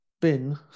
bin